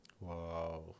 Wow